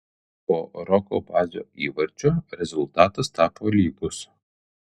po roko bazio įvarčio rezultatas tapo lygus